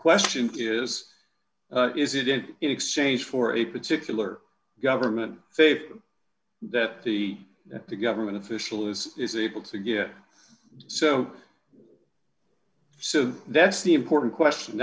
question is is it in exchange for a particular government so that the that the government official is is able to get so so that's the important question